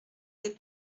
des